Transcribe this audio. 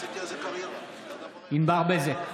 בעד ענבר בזק,